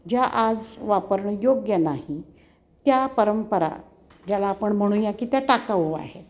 ज्या आज वापरणं योग्य नाही त्या परंपरा ज्याला आपण म्हणूया की त्या टाकाऊ आहेत